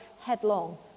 headlong